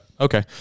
Okay